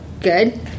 good